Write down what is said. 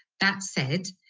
that said,